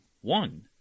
one